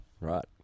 Right